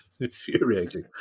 infuriating